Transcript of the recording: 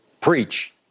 Preach